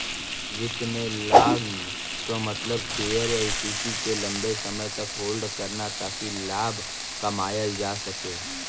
वित्त में लॉन्ग क मतलब शेयर या इक्विटी के लम्बे समय तक होल्ड करना ताकि लाभ कमायल जा सके